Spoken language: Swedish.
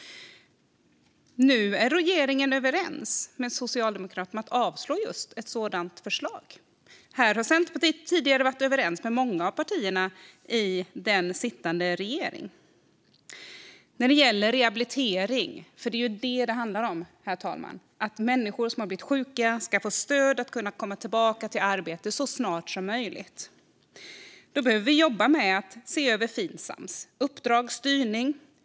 Nu är regeringen överens med Socialdemokraterna om att avslå just ett sådant förslag. Centerpartiet har tidigare varit överens med många av partierna i den sittande regeringen när det gäller rehabilitering, och det är ju det som det handlar om, herr talman. Människor som har blivit sjuka ska få stöd att kunna komma tillbaka till arbete så snart som möjligt. Då behöver vi jobba med att se över Finsams uppdrag och styrning.